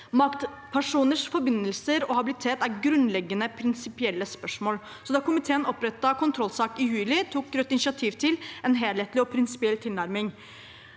Maktpersoners forbindelser og habilitet er grunnleggende, prinsipielle spørsmål, så da komiteen opprettet kontrollsak i juli, tok Rødt initiativ til en helhetlig og prinsipiell tilnærming.